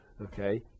Okay